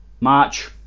March